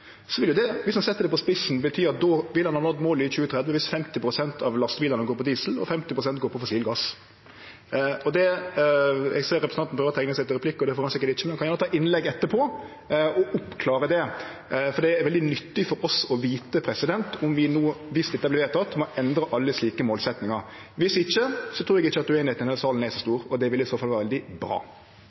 vil jo det – dersom ein set det på spissen – bety at ein vil ha nådd målet i 2030 dersom 50 pst. av lastebilane går på diesel og 50 pst. går på fossil gass. Eg ser representanten prøver å teikne seg til replikk. Det får han sikkert ikkje, men han kan gjerne ha eit innlegg etterpå og oppklare det, for det er veldig nyttig for oss å vite om vi no, dersom dette vert vedteke, må endre alle slike målsetjingar. Dersom ikkje, trur eg ikkje at ueinigheita i denne salen er så stor, og det vil i så fall vere bra.